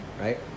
right